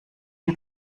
die